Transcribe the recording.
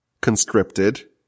conscripted